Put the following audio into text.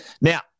Now